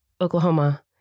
Oklahoma